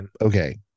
okay